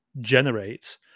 generate